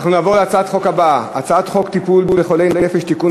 אנחנו נעבור להצעת החוק הבאה: הצעת חוק טיפול בחולי נפש (תיקון,